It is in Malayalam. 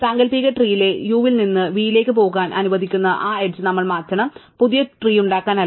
സാങ്കൽപ്പിക ട്രീ ലെ u ൽ നിന്ന് v ലേക്ക് പോകാൻ അനുവദിക്കുന്ന ആ എഡ്ജ് നമ്മൾ മാറ്റണം പുതിയ ട്രീ ഉണ്ടാക്കാൻ അല്ല